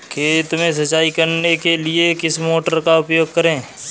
खेत में सिंचाई करने के लिए किस मोटर का उपयोग करें?